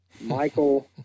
Michael